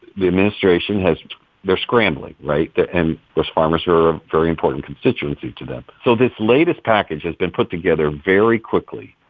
the administration has they're scrambling, right? and those farmers are a very important constituency to them so this latest package has been put together very quickly.